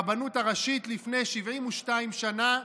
הרבנות הראשית, לפני 72 שנה,